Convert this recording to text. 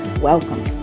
welcome